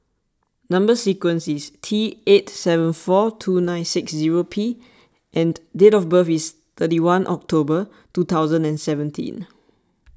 Number Sequence is T eight seven four two nine six zero P and date of birth is thirty one October two thousand and seventeen